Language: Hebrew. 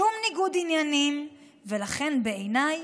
שום ניגוד עניינים, ולכן בעיניי